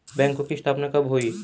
बैंकों की स्थापना कब हुई?